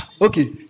Okay